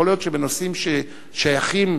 יכול להיות שבנושאים ששייכים